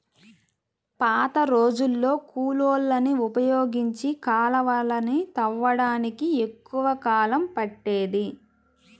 పాతరోజుల్లో కూలోళ్ళని ఉపయోగించి కాలవలని తవ్వడానికి ఎక్కువ కాలం పట్టేది